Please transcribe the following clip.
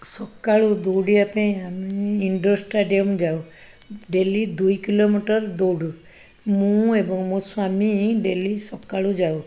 ସକାଳୁ ଦୌଡ଼ିବା ପାଇଁ ଆମେ ଇଣ୍ଡୋର ଷ୍ଟାଡ଼ିୟମ୍ ଯାଉ ଡେଲି ଦୁଇ କିଲୋମିଟର ଦୌଡ଼ୁ ମୁଁ ଏବଂ ମୋ ସ୍ୱାମୀ ଡେଲି ସକାଳୁ ଯାଉ